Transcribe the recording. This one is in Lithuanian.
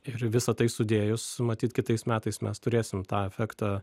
ir visa tai sudėjus matyt kitais metais mes turėsim tą efektą